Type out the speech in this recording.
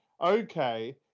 Okay